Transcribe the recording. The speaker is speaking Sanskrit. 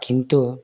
किन्तु